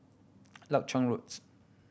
Leuchar Roads